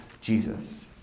Jesus